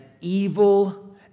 evil